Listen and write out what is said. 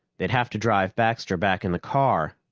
they'd have to drive baxter back in the car,